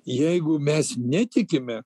jeigu mes netikime